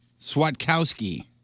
Swatkowski